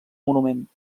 monument